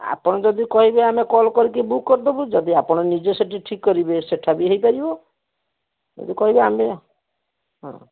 ଆପଣ ଯଦି କହିବେ ଆମେ କଲ୍ କରିକି ବୁକ୍ କରିଦେବୁ ଯଦି ଆପଣ ନିଜେ ସେଠି ଠିକ୍ କରିବେ ସେଟା ବି ହେଇପାରିବ ଯଦି କହିବେ ଆମେ ହଁ